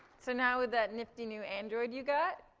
so now with that nifty new android you got,